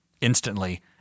instantly